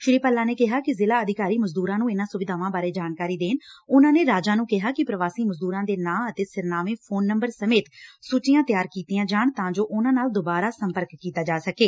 ਸ੍ਰੀ ਭੱਲਾ ਨੇ ਕਿਹਾ ਕਿ ਜ਼ਿਲ੍ਹਾ ਅਧਿਕਾਰੀ ਮਜ਼ਦੂਰਾਂ ਨੂੰ ਇਨ੍ਹਾਂ ਸੁਵਿਧਾਵਾਂ ਬਾਰੇ ਜਾਣਕਾਰੀ ਦੇਣ ਉਨੂਾ ਨੇ ਰਾਜਾਂ ਨੂੰ ਕਿਹਾ ਕਿ ਪ੍ਵਾਸੀ ਮਜ਼ਦੂਰਾਂ ਦੇ ਨਾਂ ਅਤੇ ਸਿਰਨਾਵੇ ਫੌਨ ਨੰਬਰ ਸਮੇਤ ਸੂਚੀਆਂ ਤਿਆਰ ਕੀਤੀਆਂ ਜਾਣ ਤਾਂ ਜੋ ਉਨ੍ਹਾਂ ਨਾਲ ਦੁਬਾਰਾ ਸੰਪਰਕ ਕੀਤਾ ਜਾ ਸਕੇ